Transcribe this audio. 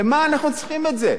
למה אנחנו צריכים את זה?